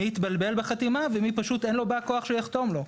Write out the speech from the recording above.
מי התבלבל בחתימה ומי פשוט אין לו בא כוח שיחתום לו.